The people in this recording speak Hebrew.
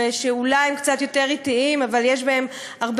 שאולי הם קצת יותר אטיים אבל יש בהם הרבה